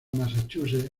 massachusetts